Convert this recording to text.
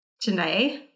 tonight